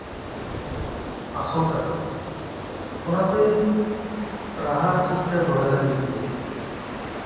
ᱟᱥᱚᱞ ᱠᱟᱹᱢᱤ ᱚᱱᱟᱛᱮ ᱨᱟᱦᱟ ᱴᱷᱤᱠᱼᱴᱷᱟᱠ ᱫᱚᱦᱚᱭ ᱞᱟᱹᱜᱤᱫ ᱛᱮ